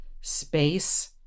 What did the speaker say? space